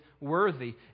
worthy